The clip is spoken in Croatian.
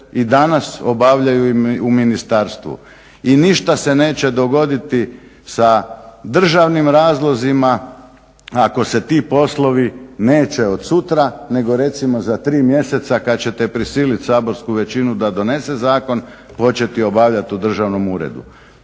i danas obavljaju u ministarstvu. I ništa se neće dogoditi sa državnim razlozima, ako se ti poslovi neće od sutra, nego recimo za tri mjeseca kad ćete prisilit saborsku većinu da donese zakon početi obavljati u državnom uredu.